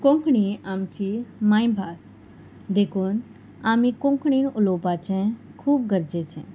कोंकणी आमची मायभास देखून आमी कोंकणीन उलोवपाचें खूब गरजेचें